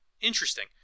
Interesting